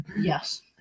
Yes